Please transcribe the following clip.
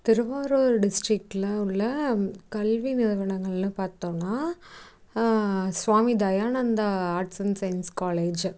திருவாரூர் டிஸ்ட்ரிக்ல உள்ள கல்வி நிறுவனங்கள்னு பார்த்தோம்னா Swami Dayananda arts and science college